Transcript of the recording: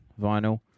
vinyl